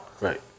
Right